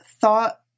thought